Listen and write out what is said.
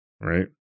right